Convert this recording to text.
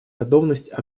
готовность